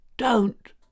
Don't